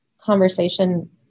conversation